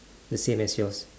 the same as yours